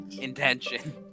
intention